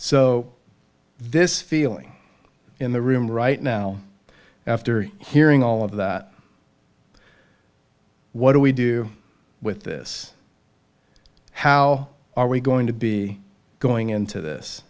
so this feeling in the room right now after hearing all of that what do we do with this how are we going to be going into this